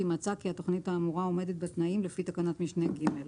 אם מצא כי התכנית האמורה עומדת בתנאים לפי תקנת משנה (ג).